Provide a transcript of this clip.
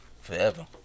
Forever